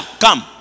Come